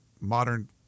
modern